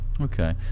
Okay